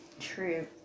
true